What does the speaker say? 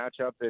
matchup